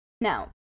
Now